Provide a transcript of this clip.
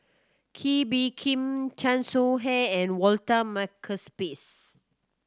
Kee Bee Khim Chan Soh Ha and Walter